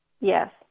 yes